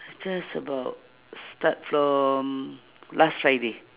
just about start from last friday